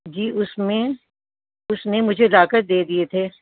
جی اس میں اس نے مجھے لا کر دے دیے تھے